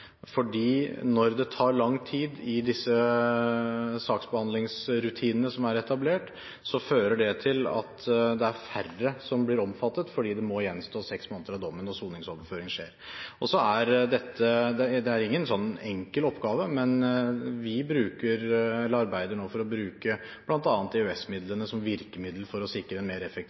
Når det tar lang tid i de saksbehandlingsrutinene som er etablert, fører det til at det er færre som blir omfattet, fordi det må gjenstå seks måneder av dommen når soningsoverføring skjer. Det er ingen enkel oppgave, men vi arbeider nå for å bruke bl.a. EØS-midlene som virkemiddel for å sikre en mer effektiv